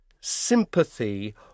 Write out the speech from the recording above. sympathy